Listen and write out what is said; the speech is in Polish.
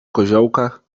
koziołkach